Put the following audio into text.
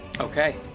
Okay